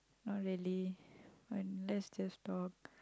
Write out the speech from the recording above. not really but let just talk